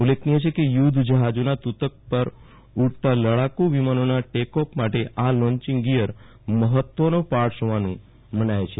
ઉલ્લેખનીય છે યુધ્ધ જ્યાજીના તુ તક પરથી ઉડેલા લડાકુ વિમાનોના ટેક ઓફ માટે આ લોન્ચિંગ ગિયર મહત્વનો પાર્ટસ હોવાનું મનાય છે